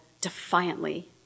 defiantly